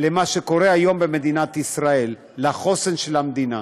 למה שקורה היום במדינת ישראל, לחוסן של המדינה.